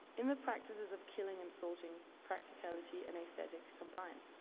in the practices of killing and sorting, practicality and aesthetics combine.